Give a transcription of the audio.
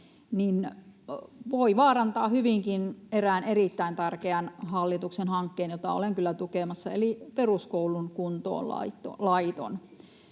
erään erittäin tärkeän hallituksen hankkeen, jota olen kyllä tukemassa, eli peruskoulun kuntoonlaiton.